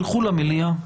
לכו למליאה.